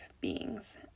beings